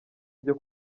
byo